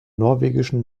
norwegischen